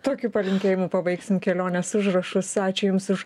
tokiu palinkėjimu pabaigsim kelionės užrašus ačiū jums už